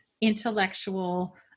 intellectual